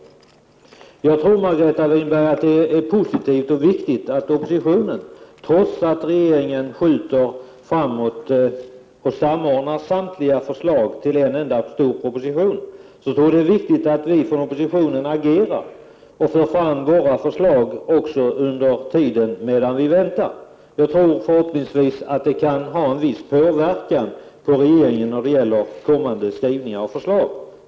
Jag tror, Margareta Winberg, att det är positivt och viktigt att vi i oppositionen, när nu regeringen skjuter på frågorna framåt i tiden och samordnar samtliga förslag till en enda stor proposition, agerar och för fram våra förslag under tiden medan vi väntar. Det kan förhoppningsvis ha en viss påverkan på regeringen när det gäller kommande skrivningar och förslag.